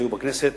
שהיו בכנסת,